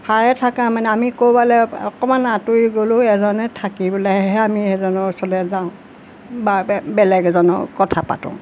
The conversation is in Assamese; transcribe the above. সাৰে থাকা মানে আমি ক'ৰবালে অকণমান আঁতৰি গ'লেও এজনে থাকি পেলাইহে আমি এজনৰ ওচৰলৈ যাওঁ বা বেলেগ এজনৰ কথা পাতোঁ